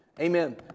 Amen